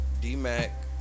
D-Mac